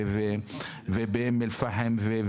באום אל פאחם,